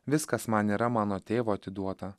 viskas man yra mano tėvo atiduota